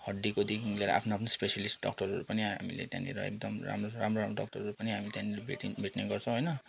हड्डीकोदेखि लिएर आफ्नो आफ्नो स्पेसलिस्ट डक्टरहरू पनि हामीले त्यहाँनिर एकदम राम्रो राम्रो डक्टरहरू पनि हामीले त्यहाँनिर भेट्ने गर्छौँ होइन